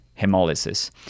hemolysis